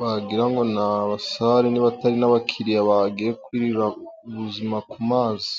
wagira ngo ni abasare, niba atari n'abakiriya baje kwirira ubuzima ku mazi.